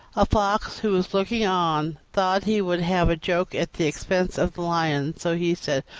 a fox, who was looking on, thought he would have a joke at the expense of the lion so he said,